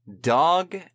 Dog